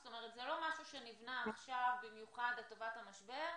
זאת אומרת זה לא משהו שנבנה עכשיו במיוחד לטובת המשבר,